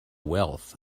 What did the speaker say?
wealth